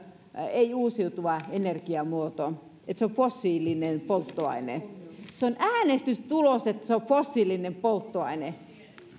ei uusiutuva energiamuoto että se on fossiilinen polttoaine se on äänestystulos että se on fossiilinen polttoaine